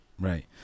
Right